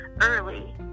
early